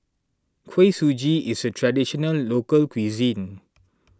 Kuih Suji is a Traditional Local Cuisine